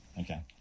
Okay